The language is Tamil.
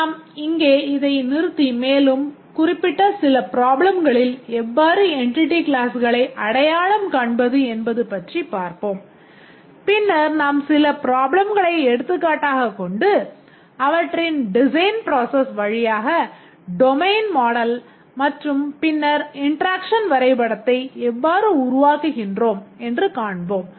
நாம் இங்கே இதை நிறுத்தி மேலும் குறிப்பிட்ட சில பிராப்ளம்களில் எவ்வாறு என்டிட்டி க்ளாஸ்களை எவ்வாறு உருவாக்குகிறோம் என்று காண்போம்